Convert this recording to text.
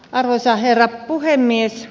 arvoisa herra puhemies